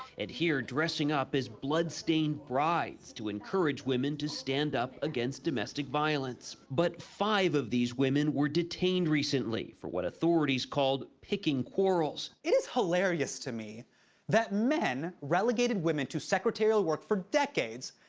here, dressing up is blood-stained brides to encourage women to stand up against domestic violence, but five of these women were detained recently for what authorities called, picking quarrels. it is hilarious to me that men relegated women to secretarial work for decades,